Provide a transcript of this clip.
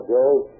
Joe